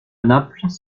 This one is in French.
naples